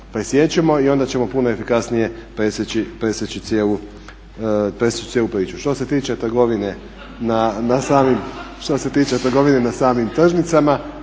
i onda ćemo puno efikasnije presječi cijelu priču. Što se tiče trgovine na samim tržnicama,